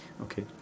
Okay